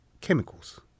chemicals